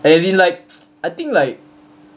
as in like I think like